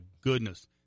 goodness